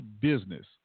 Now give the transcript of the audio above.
business